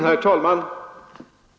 Herr talman!